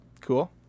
Cool